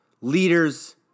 leaders